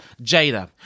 Jada